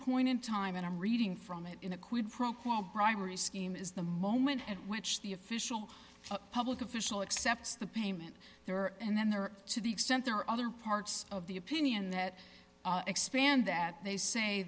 point in time and i'm reading from it in a quid pro quo bribery scheme is the moment at which the official public official excepts the payment there and then there to the extent there are other parts of the opinion that expand that they say